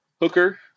Hooker